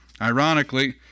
Ironically